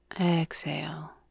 Exhale